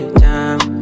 time